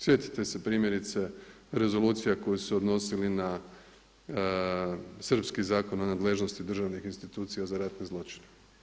Sjetite se primjerice rezolucija koji se odnosili na srpski Zakon o nadležnosti državnih institucija za ratne zločine.